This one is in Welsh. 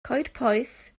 coedpoeth